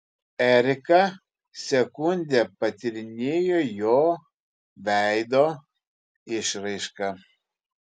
erika sekundę patyrinėjo jo veido išraišką